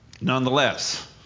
Nonetheless